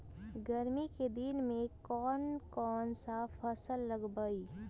गर्मी के दिन में कौन कौन फसल लगबई?